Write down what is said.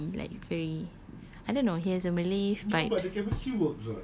grubby like very I don't know he has a malay vibes